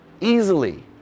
easily